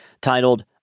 titled